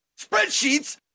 spreadsheets